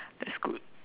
that's good